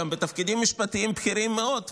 גם בתפקידים משפטיים בכירים מאוד.